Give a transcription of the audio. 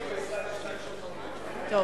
טוב,